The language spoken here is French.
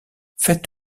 fais